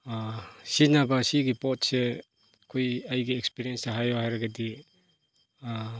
ꯁꯤꯖꯤꯟꯅꯕ ꯁꯤꯒꯤ ꯄꯣꯠꯁꯦ ꯑꯩꯈꯣꯏ ꯑꯩꯒꯤ ꯑꯦꯛꯁꯄꯤꯔꯤꯌꯦꯟꯁꯇ ꯍꯥꯏꯌꯣ ꯍꯥꯏꯔꯒꯗꯤ